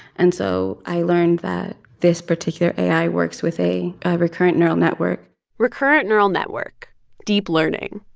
and so i learned that this particular ai works with a recurrent neural network recurrent neural network deep learning.